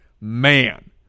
man